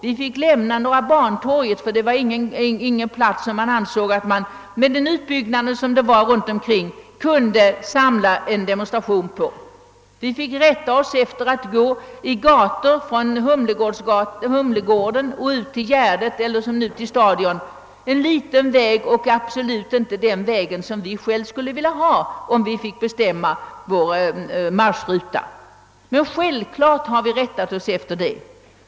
Vi måste lämna Norra bantorget, ty med den utbyggnad som skett däromkring ansågs det inte vara en lämplig plats att samla en demonstration på. Vi fick finna oss i att gå från Humlegården ut till Gärdet och numera till Stadion, en kort väg och absolut inte den som vi själva skulle välja, om vi fick bestämma vår marschrutt. Naturligtvis har vi rättat oss efter direktiven.